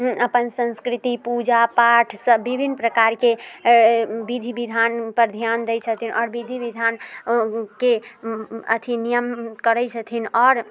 अपन संस्कृति पूजा पाठ सब विभिन्न विभिन्न प्रकारके विधि विधानपर ध्यान दै छथिन आओर विधि विधानके अथी नियम करै छथिन आओर